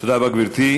תודה רבה, גברתי.